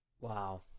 Wow